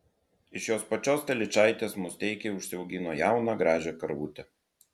iš jos pačios telyčaitės musteikiai užsiaugino jauną gražią karvutę